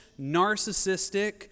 narcissistic